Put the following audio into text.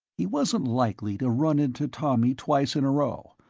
he wasn't likely to run into tommy twice in a row,